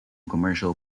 commercial